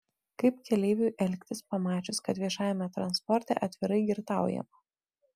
kaip keleiviui elgtis pamačius kad viešajame transporte atvirai girtaujama